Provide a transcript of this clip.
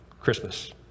Christmas